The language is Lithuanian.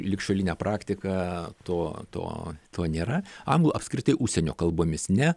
ligšiolinę praktiką to to to nėra anglų apskritai užsienio kalbomis ne